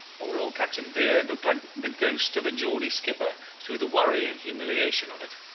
poor old captain beard looked like the ghost of a geordie skipper through the worry and humiliation of it.